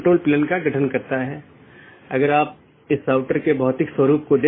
network layer reachability की जानकारी की एक अवधारणा है